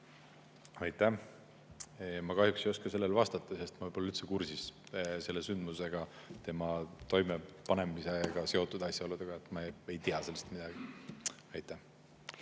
Aitäh! Ma kahjuks ei oska sellele vastata, sest ma pole üldse kursis selle sündmuse ega selle toimepanemisega seotud asjaoludega. Ma ei tea sellest midagi. Aitäh!